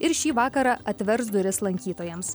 ir šį vakarą atvers duris lankytojams